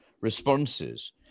responses